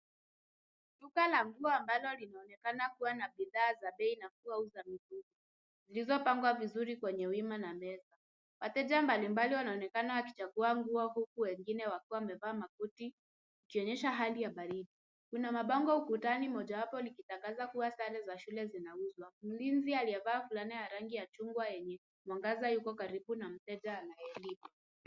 Duka la nguo ambalo linaonekana kuwa na bidhaa za bei nafuu za miguuni zilizopangwa vizuri kwenye wima na meza. Wateja mbalimbali wanaonekana wakichagua nguo huku wengine wakiwa wamevaa makoti, ikionyesha hali ya baridi. Kuna mabango ukutani, mojawapo likitangaza kuwa sare za shule zinauzwa. Mlinzi aliyevaa fulana ya rangi ya chungwa yenye mwangaza yuko karibu na mteja anayelipa.